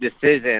decision